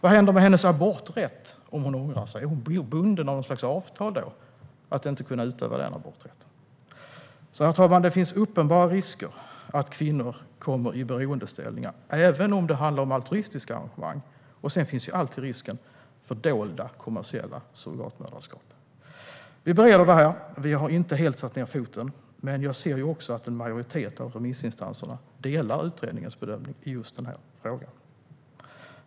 Vad händer med kvinnans aborträtt om hon ångrar sig? Är hon då bunden av något slags avtal om att inte använda aborträtten. Herr talman! Det finns uppenbara risker att kvinnor kommer i beroendeställning, även om det handlar om altruistiska arrangemang. Dessutom finns alltid risken för dolda kommersiella surrogatmoderskap. Vi har inte helt satt ned foten, men en majoritet av remissinstanserna delar utredningens bedömning i just denna fråga.